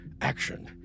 Action